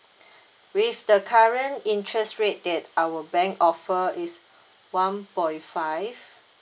with the current interest rate that our bank offer is one point five